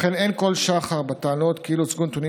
לכן אין כל שחר בטענות כאילו הוצגו נתונים